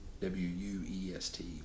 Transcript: W-U-E-S-T